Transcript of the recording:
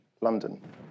London